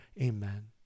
Amen